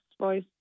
voice